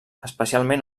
especialment